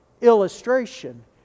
illustration